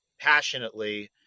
passionately